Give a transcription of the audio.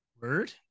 Word